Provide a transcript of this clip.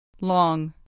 Long